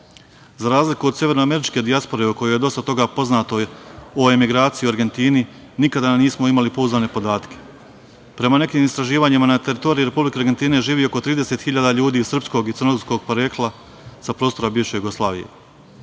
Za razliku od severnoameričke dijaspore o kojoj je dosta toga poznato o emigraciji u Argentini, nikada nismo imali pouzdane podatke. Prema nekim istraživanjima, na teritoriji Republike Argentine živi oko 30.000 ljudi srpskog i crnogorskog porekla sa prostora bivše Jugoslavije